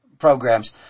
programs